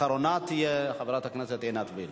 אחרונה תהיה חברת הכנסת עינת וילף.